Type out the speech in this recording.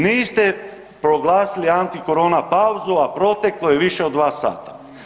Niste proglasili antikorona pauzu, a proteklo je više od 2 sata.